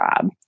job